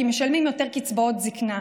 כי משלמים יותר קצבאות זקנה,